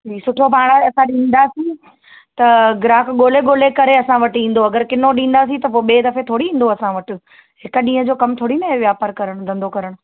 जी सुठो पाण असां ॾींदासीं त ग्राहक ॻोल्हे ॻोल्हे करे असां वटि ईंदो अगरि किनो ॾींदासीं त पोइ ॿिए दफ़े थोरी ईंदो असां वटि हिकु ॾींहं जो कमु थोरी न आहे वापारु करणु धंधो करणु